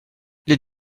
les